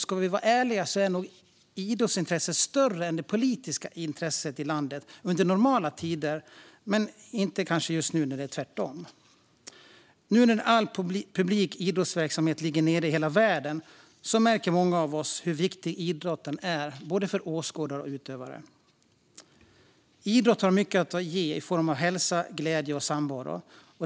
Ska vi vara ärliga är nog idrottsintresset större än det politiska intresset i landet under normala tider, men just nu kan det vara tvärtom. Nu när all publik idrottsverksamhet ligger nere i hela världen märker många av oss hur viktig idrotten är både för åskådare och för utövare. Idrott har mycket att ge i form av hälsa, glädje och samvaro.